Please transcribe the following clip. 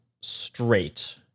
straight